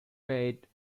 made